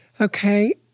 Okay